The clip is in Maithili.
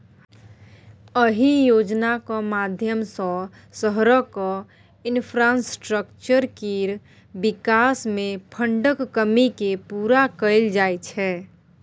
अहि योजनाक माध्यमसँ शहरक इंफ्रास्ट्रक्चर केर बिकास मे फंडक कमी केँ पुरा कएल जाइ छै